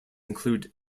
include